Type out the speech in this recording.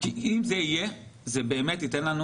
אם זה יהיה, זה באמת ייתן לנו